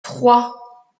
trois